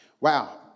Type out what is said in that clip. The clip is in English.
Wow